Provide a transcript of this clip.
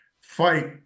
fight